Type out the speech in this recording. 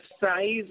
size